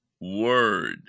word